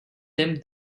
them